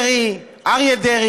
דרעי, דרעי, דרעי, אריה דרעי,